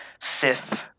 Sith